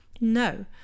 No